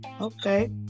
Okay